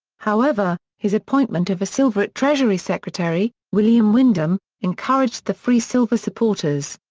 however, his appointment of a silverite treasury secretary, william windom, encouraged the free silver supporters.